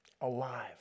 alive